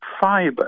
fiber